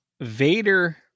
vader